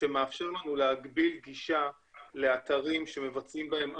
שמאפשר לנו להגביל גישה לאתרים שמבצעים בהם עבירות,